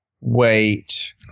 wait